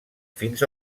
fins